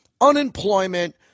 unemployment